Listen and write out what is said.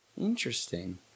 Interesting